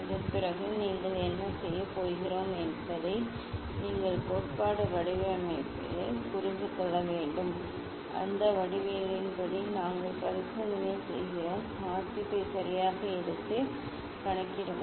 அதன்பிறகு நீங்கள் என்ன செய்யப் போகிறோம் என்பதை நீங்கள் கோட்பாடு வடிவவியலைப் புரிந்து கொள்ள வேண்டும் அந்த வடிவவியலின் படி நாங்கள் பரிசோதனையைச் செய்கிறோம் வாசிப்பை சரியாக எடுத்து கணக்கிடவும்